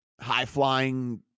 high-flying